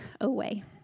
away